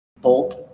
Bolt